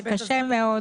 על עשרה,